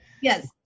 Yes